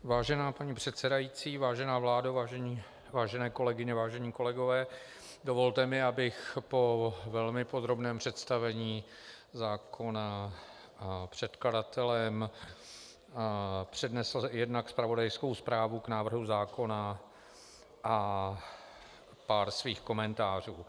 Vážená paní předsedající, vážená vládo, vážené kolegyně, vážení kolegové, dovolte mi, abych po velmi podrobném představení zákona předkladatelem přednesl jednak zpravodajskou zprávu k návrhu zákona a pár svých komentářů.